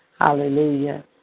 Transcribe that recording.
Hallelujah